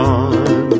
on